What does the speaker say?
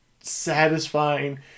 satisfying